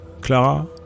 Clara